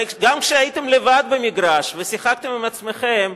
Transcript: הרי גם כשהייתם לבד במגרש ושיחקתם עם עצמכם,